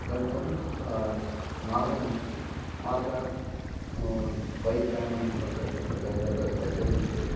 गन्तुं तत्र मार्गमस्ति मार्गे बैक् यानं मूलकं तत्र गच्छति चेत्